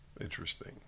Interesting